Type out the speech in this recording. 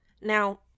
now